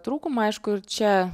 trūkumą aišku ir čia